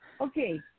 Okay